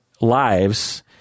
lives